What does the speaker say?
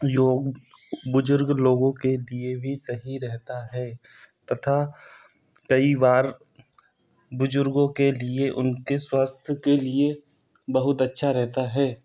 योग बुजुर्ग लोगों के लिए भी सही रहता है तथा कई बार बुजुर्गों के लिए उनके स्वास्थ्य के लिए बहुत अच्छा रहता है